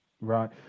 Right